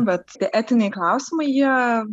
bet etiniai klausimai jie